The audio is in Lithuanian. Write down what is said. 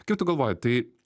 kaip tu galvoji tai